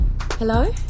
Hello